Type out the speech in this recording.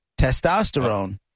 Testosterone